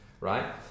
right